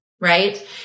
right